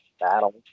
battle